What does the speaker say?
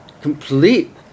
complete